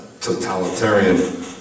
totalitarian